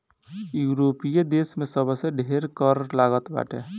यूरोपीय देस में सबसे ढेर कर लागत बाटे